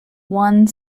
one